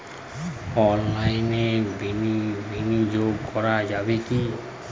অনলাইনে বিনিয়োগ করা যাবে কি?